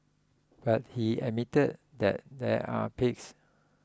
but he admitted that there are perks